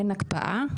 אין הקפאה,